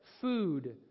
food